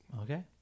Okay